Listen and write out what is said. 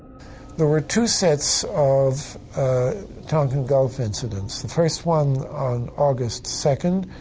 there were two sets of tonkin gulf incidents, the first one on august second.